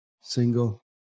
single